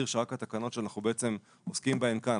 שרק התקנות שאנחנו עוסקים בהן כאן,